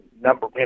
number